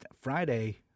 Friday